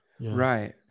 Right